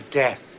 death